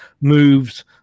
moves